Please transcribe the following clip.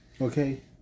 Okay